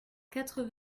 quatre